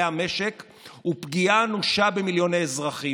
המשק ופגיעה אנושה במיליוני אזרחים,